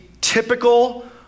typical